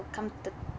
come to